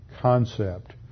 concept